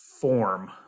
form